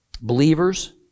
Believers